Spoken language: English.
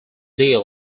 deal